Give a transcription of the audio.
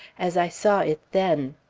as i saw it then.